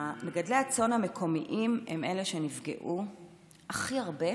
מגדלי הצאן המקומיים הם אלה שנפגעו הכי הרבה